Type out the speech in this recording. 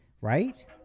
right